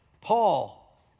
Paul